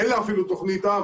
אין לה אפילו תוכנית אב.